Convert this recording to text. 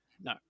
No